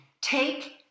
Take